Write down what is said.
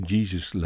Jesus